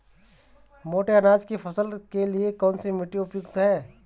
मोटे अनाज की फसल के लिए कौन सी मिट्टी उपयोगी है?